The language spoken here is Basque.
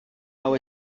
hau